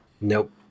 nope